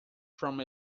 from